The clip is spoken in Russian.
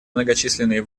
многочисленные